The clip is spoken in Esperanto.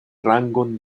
rangon